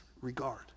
regard